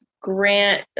grant